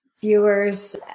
viewers